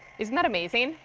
isn't that amazing?